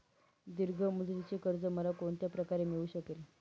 दीर्घ मुदतीचे कर्ज मला कोणत्या प्रकारे मिळू शकेल?